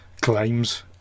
claims